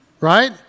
right